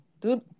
Dude